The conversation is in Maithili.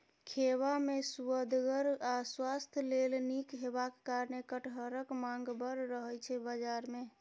खेबा मे सुअदगर आ स्वास्थ्य लेल नीक हेबाक कारणेँ कटहरक माँग बड़ रहय छै बजार मे